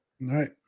Right